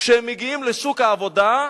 כשהם מגיעים לשוק העבודה,